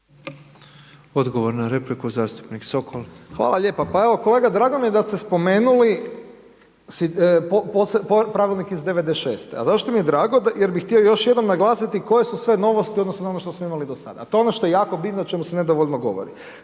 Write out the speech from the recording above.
Odgovor na repliku, zastupnik Sokol. **Sokol, Tomislav (HDZ)** Hvala lijepa. Pa evo kolega, drago mi je da ste spomenuli pravilnik iz '96., a zašto mi je drago? Jer bi htio još jednom naglasiti koje su sve novosti u odnosu na ono što smo imali dosada a to je ono što je jako bitno, o čemu se nedovoljno govori.